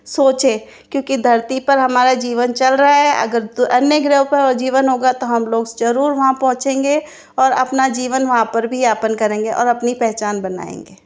सोचें क्योंकि धरती पर हमारा जीवन चल रहा है अगर तो अन्य ग्रहों पर जीवन होगा तो हम लोग ज़रूर वहां पहुंचेंगे और अपना जीवन वहां पर भी यापन करेंगे और अपनी पहचान बनाएँगे